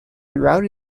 throughout